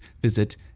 visit